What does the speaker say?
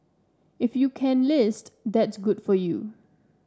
if you can list that's good for you